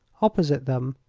opposite them,